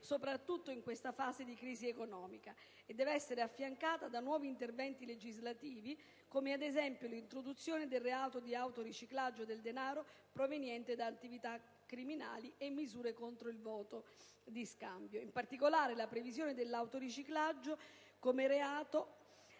(soprattutto in questa fase di crisi economica) e deve essere affiancata da nuovi interventi legislativi, come ad esempio l'introduzione del reato di autoriciclaggio del denaro proveniente da attività criminali e misure contro il voto di scambio. In particolare, la previsione dell'autoriciclaggio come reato